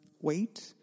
wait